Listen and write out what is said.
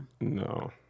No